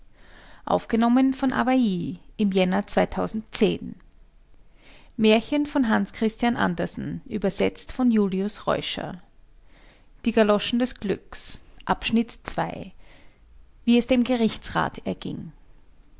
ii wie es dem gerichtsrat erging